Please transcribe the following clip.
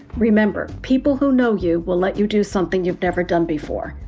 remember, people who know you will let you do something you've never done before.